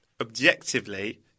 objectively